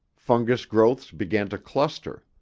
fungus growths began to cluster.